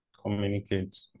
communicate